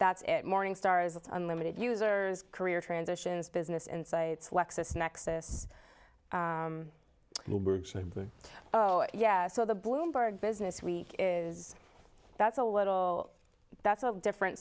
that's it morning stars it's unlimited users career transitions business insights lexis nexis oh yeah so the bloomberg business week is that's a little that's a different